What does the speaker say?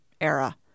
era